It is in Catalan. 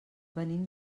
venim